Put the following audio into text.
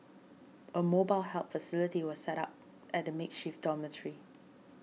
a mobile help facility was set up at the makeshift dormitory